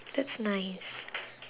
that's nice